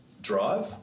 drive